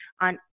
on